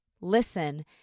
listen